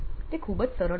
તે ખૂબ જ સરળ છે